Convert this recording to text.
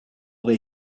they